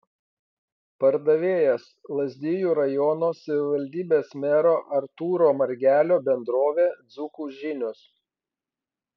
pardavėjas lazdijų rajono savivaldybės mero artūro margelio bendrovė dzūkų žinios